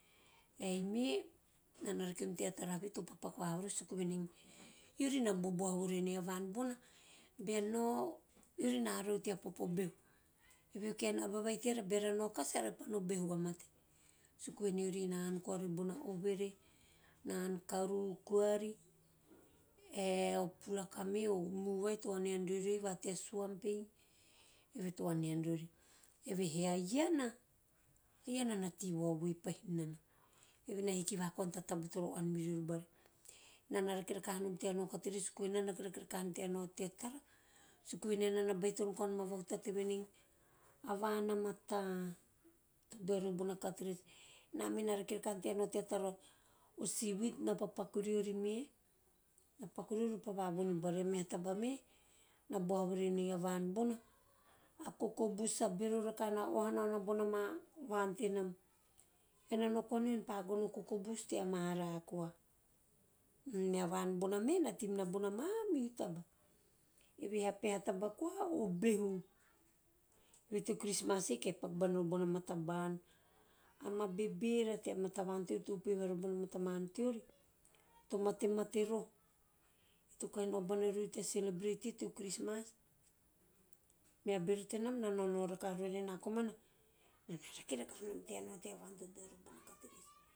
Ei me enana rakonom tea tara suku venei eon na boboha voren a van bona bean nao eori na arau rori tea popo behu o kaen aba vai teara beara nao kasi eara pa no behu vamate suku venei eori na kaovi bona oveve na ann kavu koavi ae o puraka me o mu`u vai to anau riori ei va tea swamp ei, eve to anan riori evehe a iana, a iana na tei vaovoi pahinana evehe na hiki vaha kocina ta taba toro aun meriori bari. Enana rake rakanom tea nao carteres suku venei enana baitono koanom ama vahutate venei a van a mata to dao viori bona carteres ena me na rake rakahanom tea tara, o seaweed na pakupaku viori me, na paku riori ove pa vavou ni bari meha taba me na boha voven a van bona a me a kokobus na bevo rakaha na oha nana bona ma vau tenanam ean na na nao koamon ean pa gono a kokobus tea maara koa mea vain bona me na tei minana bona mamihu taba evehe a peha taba koa o behu, evehe teo christmas ei kahi paku bana rori bona ma mamihu taba evehe a paha taba koa o behu evehe teo christmas ei kahi paku bana rori bona ma taba`an ama bebera tea matavan teori to upehe vaha rori bon a ma tavan teori to matamate voho to kahhi nao bana riori tea celebrate ei teo christmas mea bero tenam na naonao rakaha ron evehe eua komana, nan rake rakahanom tea nao tea van to dao rori bona carteves.